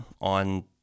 on